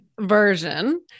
version